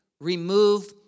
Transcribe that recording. remove